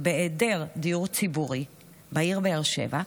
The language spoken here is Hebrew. ובהיעדר דיור ציבורי בעיר באר שבע,